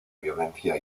violencia